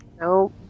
No